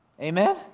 Amen